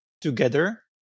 together